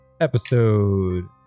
episode